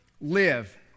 live